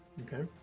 Okay